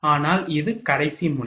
ஆனால் இது கடைசி முனை